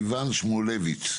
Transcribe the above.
סיון שמואלוביץ',